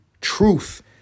truth